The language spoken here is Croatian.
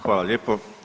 Hvala lijepo.